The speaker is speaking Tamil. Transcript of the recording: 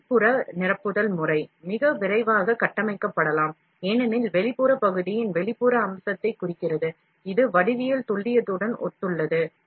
வெளிப்புற நிரப்புதல் முறை மிக விரைவாக கட்டமைக்கப்படலாம் ஏனெனில் வெளிப்புறம் பகுதியின் வெளிப்புற அம்சத்தை குறிக்கிறது இது வடிவியல் துல்லியத்துடன் ஒத்துள்ளது